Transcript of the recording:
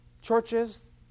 churches